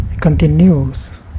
continues